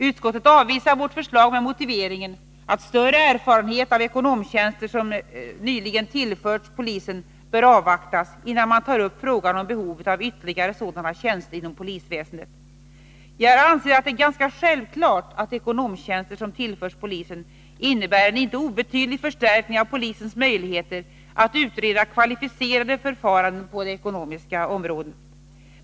Utskottet avvisar vårt förslag med motiveringen att större erfarenheter av de ekonomtjänster som nyligen tillförts polisen bör avvaktas, innan man tar upp frågan om behovet av ytterligare sådana tjänster inom polisväsendet. Jag anser att det är ganska självklart att ekonomtjänster som tillförs polisen innebär en inte obetydlig förstärkning av polisens möjligheter att utreda kvalificerade förfaranden på det ekonomiska området.